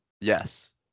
Yes